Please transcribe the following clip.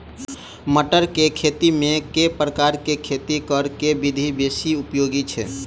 मटर केँ खेती मे केँ प्रकार केँ खेती करऽ केँ विधि बेसी उपयोगी छै?